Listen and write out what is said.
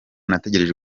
nategereje